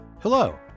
Hello